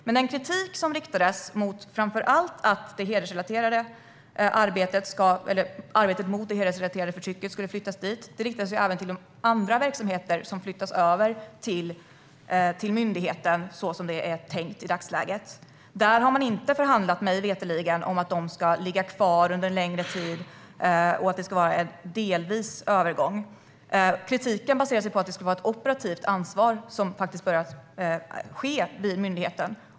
Men den kritik som riktades mot att arbetet mot det hedersrelaterade förtrycket skulle flyttas dit riktades även mot de andra verksamheter som flyttas över till myndigheten som det är tänkt i dagsläget. Man har mig veterligen inte förhandlat om att de ska ligga kvar under längre tid eller att övergången ska ske delvis. Kritiken baseras på att det ska finnas ett operativt ansvar vid myndigheten.